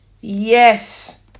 Yes